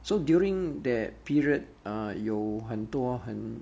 so during that period err 有多很